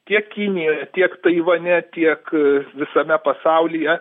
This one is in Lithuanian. tiek kinijoje tiek taivane tiek visame pasaulyje